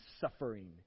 suffering